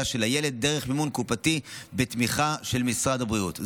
של הילד דרך מימון קופתי בתמיכה של משרד הבריאות,